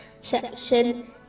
section